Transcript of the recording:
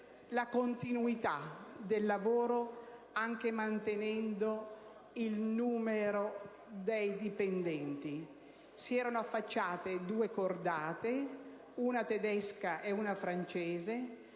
la continuità del lavoro, anche mantenendo il numero dei dipendenti. Si erano affacciate due cordate, una tedesca e una francese;